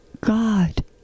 God